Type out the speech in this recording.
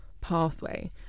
pathway